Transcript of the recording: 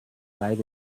lies